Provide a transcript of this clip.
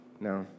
No